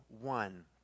one